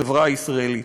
בחברה הישראלית,